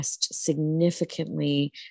significantly